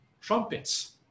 trumpets